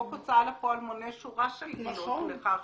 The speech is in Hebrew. חוק הוצאה לפועל מונה שורה של עילות לכך